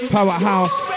Powerhouse